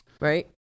Right